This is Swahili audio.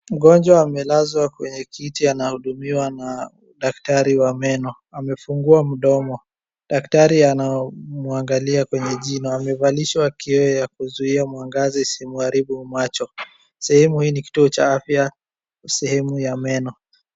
Mgonjwa amelazwa kwenye kiti anahudumia na daktari wa meno amefungua mdomo. Daktari anamwangalia kwenye jino, amevalishwa kioo ya kuzuia mwangaza isimwaribu macho. Sehemu hii ni kituo cha afya, sehemu ya meno.